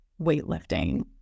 weightlifting